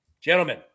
Gentlemen